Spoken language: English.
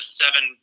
seven